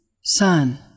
Son